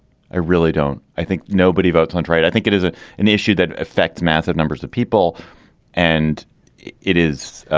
i really don't think nobody votes on right. i think it is ah an issue that affects math of numbers of people and it is,